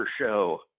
Show